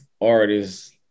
artists